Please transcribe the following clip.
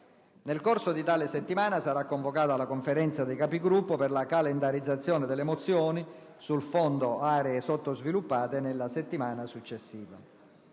Nel corso di tale settimana sarà convocata la Conferenza dei Capigruppo per la calendarizzazione delle mozioni sul Fondo aree sottoutilizzate nella settimana successiva.